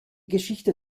geschichte